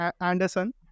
Anderson